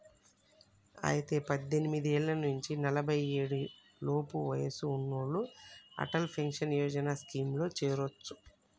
అయితే పద్దెనిమిది ఏళ్ల నుంచి నలఫై ఏడు లోపు వయసు ఉన్నోళ్లు అటల్ పెన్షన్ యోజన స్కీమ్ లో చేరొచ్చు